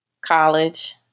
college